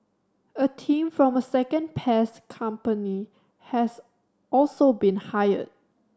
a team from a second pest company has also been hired